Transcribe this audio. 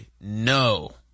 no